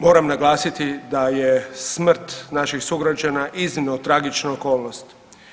Moram naglasiti da je smrt naših sugrađana iznimno tragična okolnost.